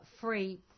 free